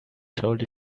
showed